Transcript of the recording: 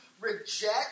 reject